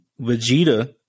Vegeta